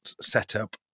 setup